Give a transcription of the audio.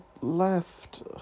left